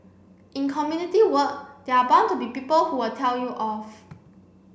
in community work they are bound to be people who will tell you off